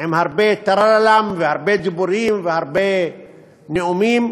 עם הרבה טררם, והרבה דיבורים, והרבה נאומים.